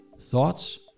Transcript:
Thoughts